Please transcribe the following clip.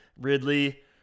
Ridley